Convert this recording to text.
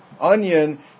onion